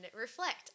reflect